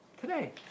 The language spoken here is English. Today